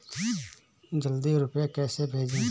जल्दी रूपए कैसे भेजें?